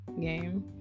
game